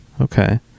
Okay